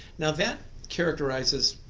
and that characterises,